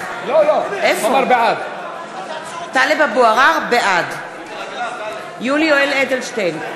עראר, בעד יולי יואל אדלשטיין,